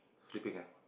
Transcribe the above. sleeping ah